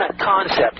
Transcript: concept